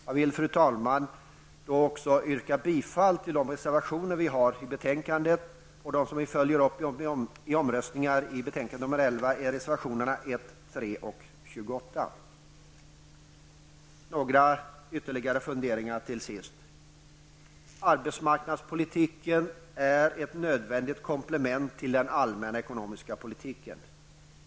Jag vill, fru talman, yrka bifall till våra reservationer till betänkandet. De reservationer till betänkande nr 11 som vi kommer att följa upp med omröstningar är nr 1, 3 och 28. Till sist några ytterligare funderingar. Arbetsmarknadspolitiken är ett nödvändigt komplement till den allmänna ekonomiska politiken.